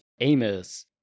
Amos